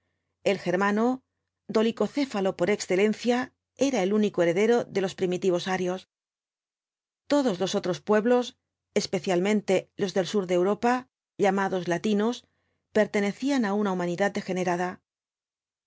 el germano dolicocéfalo por excelencia era el único heredero de los primitivos arios todos los otros pueblos especialmente los del sur de europa llamados latinos pertenecían á una humanidad degenerada el